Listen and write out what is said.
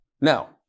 Now